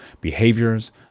behaviors